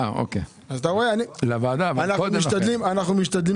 אנחנו משתדלים